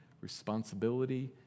responsibility